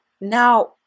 Now